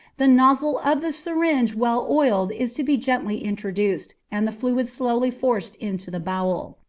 the nozzle of the syringe well oiled is to be gently introduced, and the fluid slowly forced into the bowel.